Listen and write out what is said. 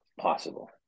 possible